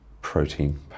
protein